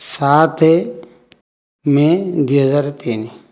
ସାତ ମେ' ଦୁଇ ହଜାର ତିନି